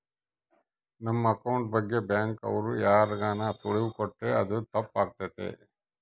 ನಮ್ ಅಕೌಂಟ್ ಬಗ್ಗೆ ಬ್ಯಾಂಕ್ ಅವ್ರು ಯಾರ್ಗಾನ ಸುಳಿವು ಕೊಟ್ರ ಅದು ತಪ್ ಆಗ್ತದ